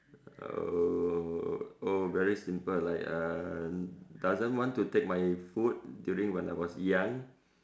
uh oh very simple like uh doesn't want to take my food during when I was young